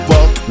Fuck